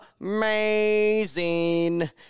amazing